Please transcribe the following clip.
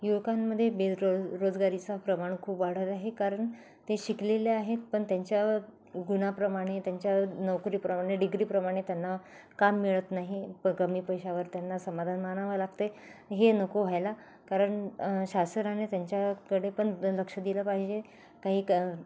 युवकांमध्ये बेरो रोजगारीचा प्रमाण खूप वाढत आहे कारण ते शिकलेले आहेत पण त्यांच्या गुणाप्रमाणे त्यांच्या नोकरीप्रमाणे डिग्रीप्रमाणे त्यांना काम मिळत नाही प कमी पैशावर त्यांना समाधान मानावे लागतय हे नको व्हायला कारण शासनाने त्यांच्याकडे पण लक्ष दिलं पाहिजे काही कहिक